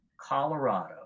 Colorado